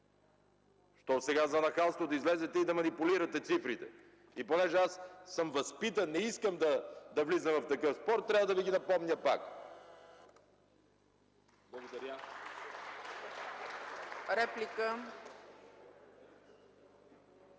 Що за нахалство сега да излезете и да манипулирате цифрите?! И понеже аз съм възпитан, не искам да влизам в такъв спор, трябва да ви ги напомня пак.